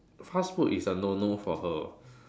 fast food is a no no for her